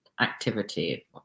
activity